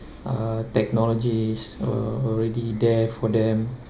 uh technology is uh already there for them